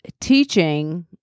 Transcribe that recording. teaching